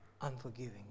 unforgiving